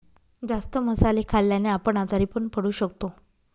जास्त मसाले खाल्ल्याने आपण आजारी पण पडू शकतो